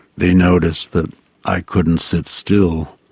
they noticed that i couldn't sit still,